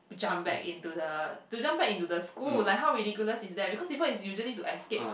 jump back into the to jump back into the school like how ridiculous is that because people is usually to escape